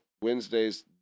Wednesdays